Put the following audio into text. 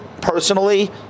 Personally